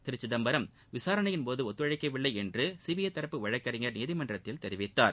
திரு சிதம்பரம் விசாரணையின்போது ஒத்துழைக்கவில்லை என்று சிபிஐ தரப்பு வழக்கறிஞர் நீதிமன்றத்தில் தெரிவித்தார்